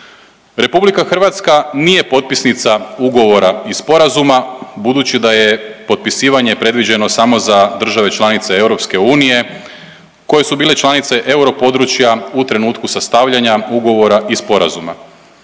i drugo. RH nije potpisnica ugovora i sporazuma budući da je potpisivanje predviđeno samo za države članice EU koje su bile članice europodručja u trenutku sastavljanja ugovora i sporazuma.